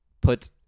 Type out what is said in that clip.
put